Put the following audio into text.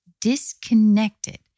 disconnected